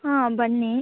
ಹಾಂ ಬನ್ನಿ